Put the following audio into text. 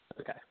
Okay